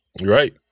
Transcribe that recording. Right